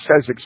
says